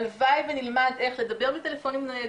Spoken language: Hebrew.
הלוואי ונלמד איך לדבר בטלפונים ניידים,